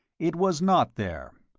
it was not there.